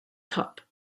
top